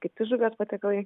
kiti žuvies patiekalai